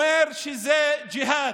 אומר שזה ג'יהאד.